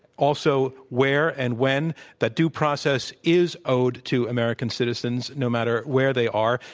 also where and when that due process is owed to american citizens no matter where they are.